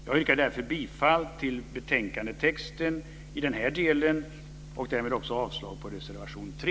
Jag yrkar därför bifall till betänkandetexten i den här delen och därmed avslag på reservation 3.